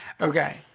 Okay